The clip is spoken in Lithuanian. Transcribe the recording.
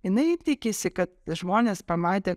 jinai tikisi kad žmonės pamatę